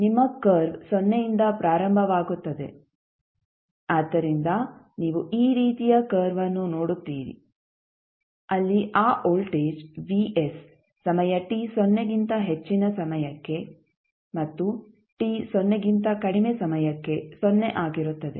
ನಿಮ್ಮಕರ್ವ್ ಸೊನ್ನೆಯಿಂದ ಪ್ರಾರಂಭವಾಗುತ್ತದೆ ಆದ್ದರಿಂದ ನೀವು ಈ ರೀತಿಯ ಕರ್ವ್ಅನ್ನು ನೋಡುತ್ತೀರಿ ಅಲ್ಲಿ ಆ ವೋಲ್ಟೇಜ್ ಸಮಯ t ಸೊನ್ನೆಗಿಂತ ಹೆಚ್ಚಿನ ಸಮಯಕ್ಕೆ ಮತ್ತು t ಸೊನ್ನೆಗಿಂತ ಕಡಿಮೆ ಸಮಯಕ್ಕೆ ಸೊನ್ನೆ ಆಗಿರುತ್ತದೆ